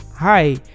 hi